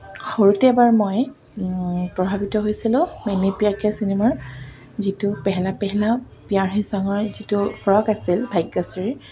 সৰুতে এবাৰ মই প্ৰভাৱিত হৈছিলো মেনে পিয়াৰ কিয়া চিনেমাৰ যিটো পেহলা পেহলা পিয়াৰ হে ছঙৰ যিটো ফ্ৰক আছিল ভাগ্যশ্ৰীৰ